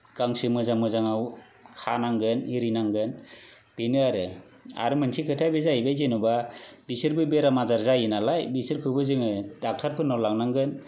गांसो मोजां मोजांआव खानांगोन इरिनांगोन बेनो आरो आरो मोनसे खोथाया बेनो जाहैबाय जेनबा बिसोरबो बेराम आझार जायो नालाय बिसोरखौबो जोङो दाक्टारफोरनाव लांनांगोन